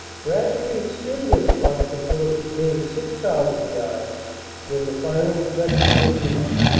gradually extend this front until it became six thousand yards when the final objective was reached,